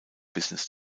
business